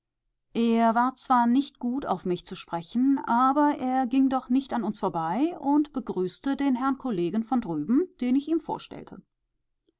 er war zwar nicht gut auf mich zu sprechen aber er ging doch nicht an uns vorbei und begrüßte den herrn kollegen von drüben den ich ihm vorstellte